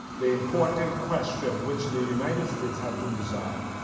the important question, which the united states had to resolve,